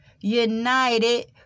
united